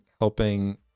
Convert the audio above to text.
helping